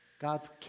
God's